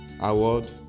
award